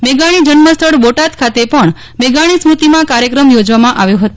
મેઘાણી જન્મ સ્થળ બોટાદ ખાતે પણ મેઘાણી સ્મૂતિમાં કાર્યક્રમ યોજવામાં આવ્યો હતો